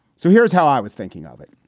so here's how i was thinking of it.